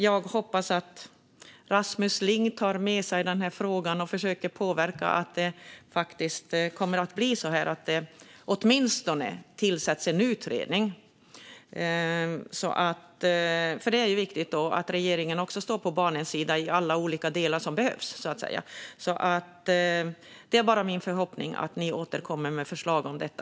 Jag hoppas att Rasmus Ling tar med sig den här frågan och försöker påverka så att det åtminstone tillsätts en utredning, för det är viktigt att regeringen står på barnens sida i alla olika delar som behövs. Det är min förhoppning att ni återkommer med förslag om detta.